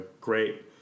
great